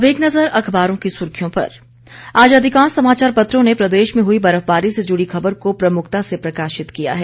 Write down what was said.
अब एक नज़र अखबारों की सुर्खियों पर आज अधिकांश समाचार पत्रों ने प्रदेश में हुई बर्फबारी से जुड़ी खबर को प्रमुखता से प्रकाशित किया है